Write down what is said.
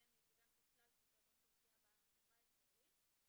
לייצוגם של כלל קבוצות האוכלוסייה בחברה הישראלית.